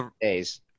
days